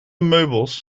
meubels